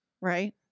Right